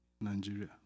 Nigeria